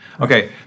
Okay